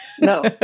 No